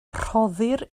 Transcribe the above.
rhoddir